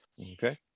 okay